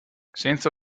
senza